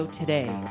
today